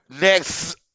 next